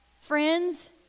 friends